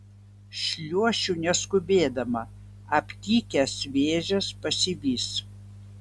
šliuošiu neskubėdama aptikęs vėžes pasivys